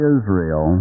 Israel